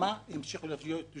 ימשיכו להיות קהילתיים.